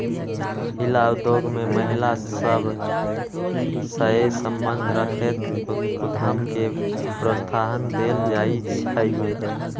हिला उद्योग में महिला सभ सए संबंध रखैत उद्यम के प्रोत्साहन देल जाइ छइ